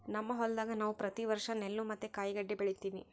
ನಮ್ಮ ಹೊಲದಾಗ ನಾವು ಪ್ರತಿ ವರ್ಷ ನೆಲ್ಲು ಮತ್ತೆ ಕಾಯಿಗಡ್ಡೆ ಬೆಳಿತಿವಿ